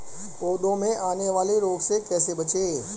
पौधों में आने वाले रोग से कैसे बचें?